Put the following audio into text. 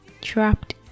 trapped